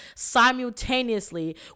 simultaneously